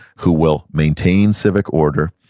who will maintain civic order,